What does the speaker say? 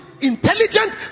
intelligent